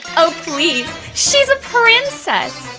oh please! she's a princess!